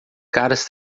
caras